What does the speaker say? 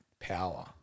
power